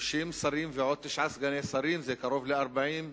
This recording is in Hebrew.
30 שרים ועוד תשעה סגני שרים, זה קרוב ל-40,